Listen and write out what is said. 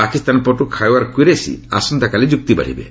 ପାକିସ୍ତାନ ପଟୁ ଖୱର୍ କୁରେସି ଆସନ୍ତାକାଲି ଯୁକ୍ତି ବାଢ଼ିବେ